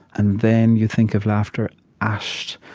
and then you think of laughter ashed,